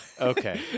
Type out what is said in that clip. Okay